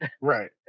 Right